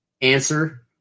Answer